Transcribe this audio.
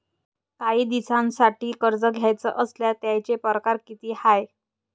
कायी दिसांसाठी कर्ज घ्याचं असल्यास त्यायचे परकार किती हाय?